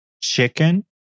chicken